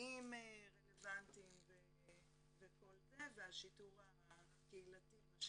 אמצעים רלבנטיים וכל זה, והשיטור הקהילתי.